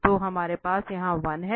तो हमारे पास यहाँ 1 है